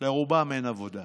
לרובם אין עבודה.